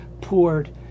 poured